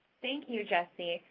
thank you, jessie